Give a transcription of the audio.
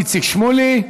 איציק שמולי,